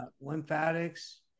lymphatics